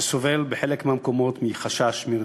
שסובל בחלק מהמקומות מחשש מרדיפה: